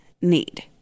need